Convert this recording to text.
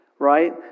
right